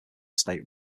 state